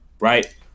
Right